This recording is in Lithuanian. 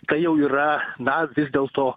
tai jau yra na vis dėlto